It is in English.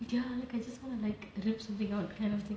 ya like I just wanna like rip something out kind of thing